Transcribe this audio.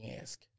Ask